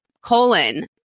colon